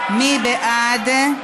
מי בעד?